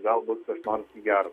galbūt kas nors į gera